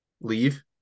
leave